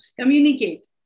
communicate